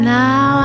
now